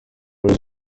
was